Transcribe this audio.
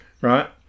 right